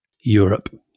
Europe